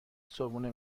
صبحونه